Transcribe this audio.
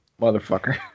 Motherfucker